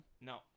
no